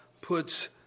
puts